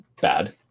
bad